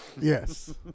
Yes